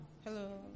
Hello